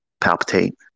palpitate